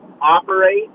operate